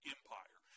Empire